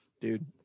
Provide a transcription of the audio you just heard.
Dude